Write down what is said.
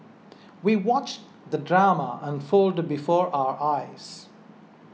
we watched the drama unfold before our eyes